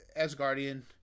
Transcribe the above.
Asgardian